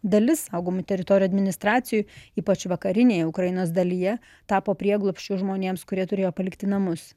dalis saugomų teritorijų administracijų ypač vakarinėje ukrainos dalyje tapo prieglobsčiu žmonėms kurie turėjo palikti namus